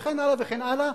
וכן הלאה כן הלאה,